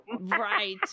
right